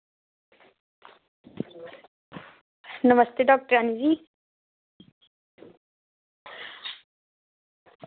नमस्ते डॉक्टरानी जी